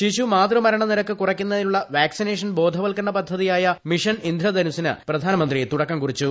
ശിശു മാതൃ മരണൃക്ടിരക്ക് കുറയ്ക്കുന്നതിനുളള വാക്സിനേഷൻ ബോധവത്കരണ പദ്ധതിയായ മിഷൻ ഇന്ദ്രധനുസ്സിന് പ്രധാനമന്ത്രി തുടക്കം കുറിച്ചു